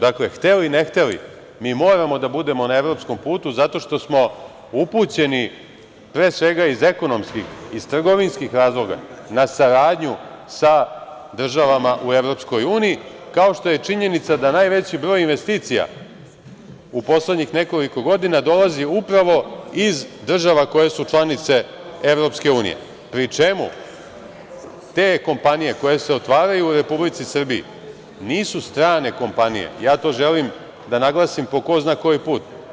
Dakle, hteli, ne hteli, mi moramo da budemo na evropskom putu zato što smo upućeni, pre svega, iz ekonomskih, iz trgovinskih razloga na saradnju sa državama u EU, kao što je činjenica da najveći broj investicija u poslednjih nekoliko godina dolazi upravo iz država koje su članice EU, pri čemu te kompanije koje se otvaraju u Republici Srbiji nisu strane kompanije i ja to želim da naglasim po ko zna koji put.